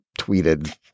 tweeted